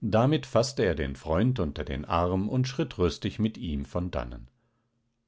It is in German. damit faßte er den freund unter den arm und schritt rüstig mit ihm von dannen